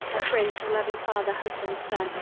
a prince, a loving father, husband, son,